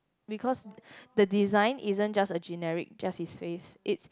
because the design isn't just a generic just his face it